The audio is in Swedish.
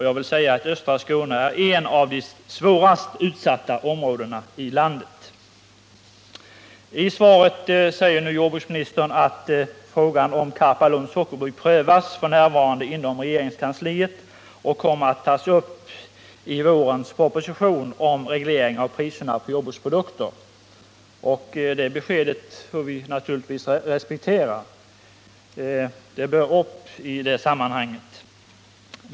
Jag vill påstå att det är ett av de svårast utsatta områdena i landet. Jordbruksministern säger nu i sitt svar att frågan om Karpalunds Sockerbruk f. n. prövas inom regeringskansliet och kommer att tas upp i vårens proposition om regleringen av priserna på jordbrukets produkter. Det svaret får vi naturligtvis respektera — denna fråga bör tas upp i det sammanhanget.